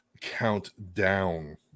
countdown